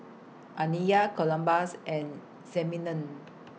Aniya Columbus and Simeon